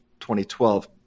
2012